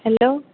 hello